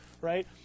right